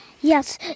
Yes